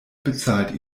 bezahlt